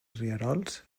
rierols